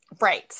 right